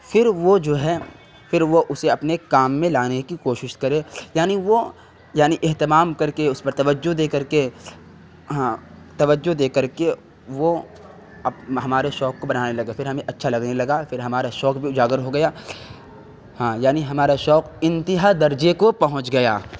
پھر وہ جو ہے پھر وہ اسے اپنے کام میں لانے کی کوشش کرے یعنی وہ یعنی اہتمام کر کے اس پر توجہ دے کر کے ہاں توجہ دے کر کے وہ ہمارے شوق کو بڑھانے لگے پھر ہمیں اچھا لگنے لگا پھر ہمارا شوق بھی اجاگر ہو گیا ہاں یعنی ہمارا شوق انتہا درجے کو پہنچ گیا